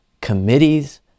committees